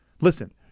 Listen